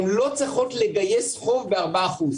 הן לא צריכות לגייס חוב ב-4%.